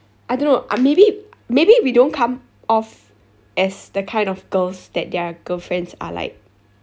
I don't know maybe maybe we don't come off as the kind of girls that their girlfriends are like